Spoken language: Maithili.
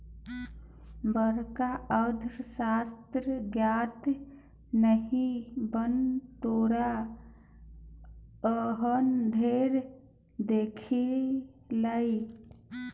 बड़का अर्थशास्त्रक ज्ञाता नहि बन तोरा एहन ढेर देखलियौ